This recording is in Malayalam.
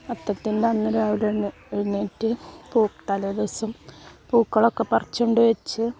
അത്തത്തിൻ്റെ അന്ന് രാവിലെ തന്നെ എഴുന്നേറ്റ് തലേദിവസം പൂക്കളൊക്കെ പറിച്ചുകൊണ്ട് വച്ച്